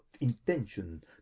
intention